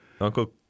Uncle